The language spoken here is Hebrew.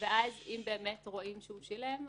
ואז אם הרשם רואה שהוא שילם,